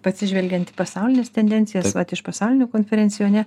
atsižvelgiant į pasaulines tendencijas vat iš pasaulinių konferencijų ne